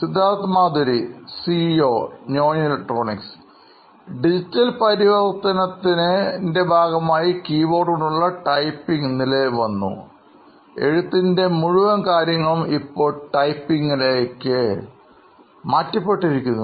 Siddharth Madhuri CEO നോയിൻ electronics digital പരിവർത്തനത്തിന്ൻറെ ഭാഗമായി കീബോർഡ് കൊണ്ടുള്ള ടൈപ്പിംഗ് സമ്പ്രദായം വന്നു എഴുത്തിൻറെ മുഴുവൻ പ്രവർത്തനങ്ങളും ഇപ്പോൾ ടൈപ്പിംഗിലേക്ക് മാറ്റിയിരിക്കുന്നു